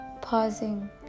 pausing